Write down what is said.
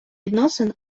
відносин